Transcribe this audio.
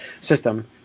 System